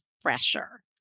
fresher